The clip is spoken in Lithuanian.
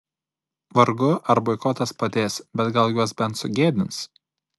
vargu ar boikotas padės bet gal juos bent sugėdins